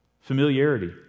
Familiarity